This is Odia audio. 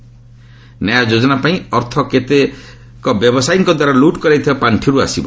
'ନ୍ୟାୟ' ଯୋଜନା ପାଇଁ ଅର୍ଥ କେତେକ ବ୍ୟବସାୟୀଙ୍କ ଦ୍ୱାରା ଲୁଟ୍ କରାଯାଇଥିବା ପାଣ୍ଠିରୁ ଆସିବ